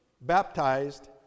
baptized